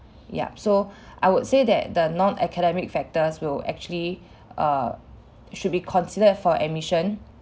yup so I would say that the non-academic factors will actually err should be considered for admission